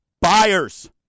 buyers –